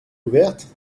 ouverte